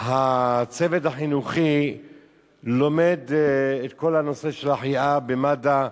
הצוות החינוכי לומד את כל הנושא של החייאה במד"א,